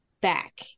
back